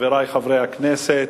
חברי חברי הכנסת,